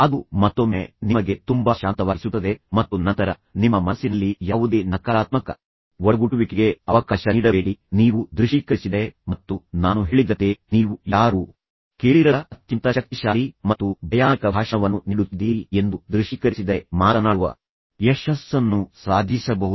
ಅದು ಮತ್ತೊಮ್ಮೆ ನಿಮಗೆ ತುಂಬಾ ಶಾಂತವಾಗಿಸುತ್ತದೆ ಮತ್ತು ನಂತರ ನಿಮ್ಮ ಮನಸ್ಸಿನಲ್ಲಿ ಯಾವುದೇ ನಕಾರಾತ್ಮಕ ವಟಗುಟ್ಟುವಿಕೆಗೆ ಅವಕಾಶ ನೀಡಬೇಡಿ ನೀವು ದೃಶ್ಯೀಕರಿಸಿದರೆ ಮತ್ತು ನಾನು ಹೇಳಿದಂತೆ ನೀವು ಯಾರೂ ಕೇಳಿರದ ಅತ್ಯಂತ ಶಕ್ತಿಶಾಲಿ ಮತ್ತು ಭಯಾನಕ ಭಾಷಣವನ್ನು ನೀಡುತ್ತಿದ್ದೀರಿ ಎಂದು ದೃಶ್ಯೀಕರಿಸಿದರೆ ಮಾತನಾಡುವ ಯಶಸ್ಸನ್ನು ಸಾಧಿಸಬಹುದು